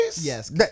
Yes